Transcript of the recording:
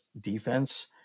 defense